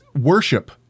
worship